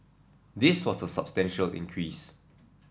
this was a substantial increase